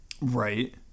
right